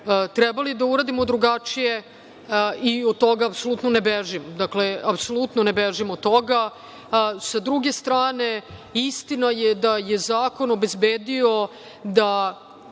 trebali da uradimo drugačije i od toga apsolutno ne bežim. Apsolutno ne bežim od toga. Sa druge strane istina je da je zakon obezbedio da